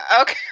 okay